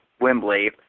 Wembley